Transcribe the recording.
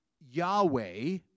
Yahweh